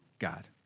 God